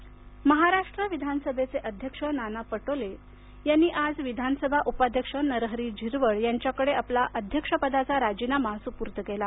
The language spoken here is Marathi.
नाना पटोले राजीनामा महाराष्ट्र विधानसभेचे अध्यक्ष नाना पटोले यांनी आज विधानसभा उपाध्यक्ष नरहरी झिरवळ यांच्याकडे आपला अध्यक्ष पदाचा राजीनामा सुपूर्द केला